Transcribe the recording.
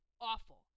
awful